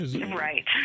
Right